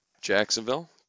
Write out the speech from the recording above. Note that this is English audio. Jacksonville